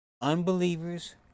unbelievers